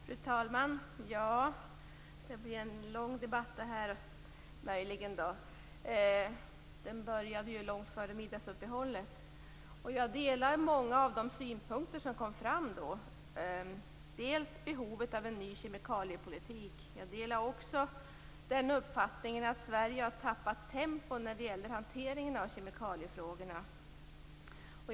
Fru talman! Det här blir kanske en lång debatt. Den började ju redan långt före middagsuppehållet. Jag delar många av de synpunkter som då kom fram, dels om behovet av en ny kemikaliepolitik, dels om att Sverige har tappat tempo när det gäller hanteringen av kemikaliefrågorna.